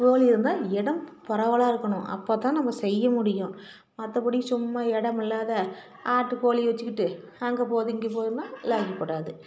கோழி இருந்தால் இடம் பரவலாக இருக்கணும் அப்போதான் நம்ம செய்ய முடியும் மற்றபடி சும்மா இடமில்லாத ஆட்டு கோழியை வச்சிக்கிட்டு அங்கே போகுது இங்கே போகுதுன்னா லாயிக்குப்படாது